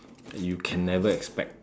you can never expect